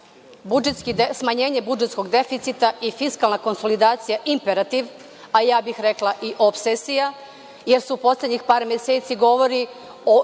smanjenje budžetskog deficita i fiskalna konsolidacija imperativ, a ja bih rekla i opsesija, jer se u poslednjih par meseci govori kao